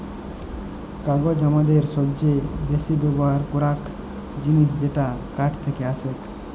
কাগজ হামাদের সবচে বেসি ব্যবহার করাক জিনিস যেটা কাঠ থেক্কে আসেক